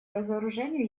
разоружению